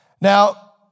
Now